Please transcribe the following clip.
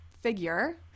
figure